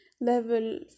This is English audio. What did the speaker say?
level